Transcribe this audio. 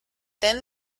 then